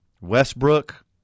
Westbrook